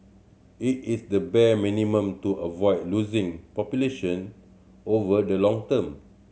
it is the bare minimum to avoid losing population over the long term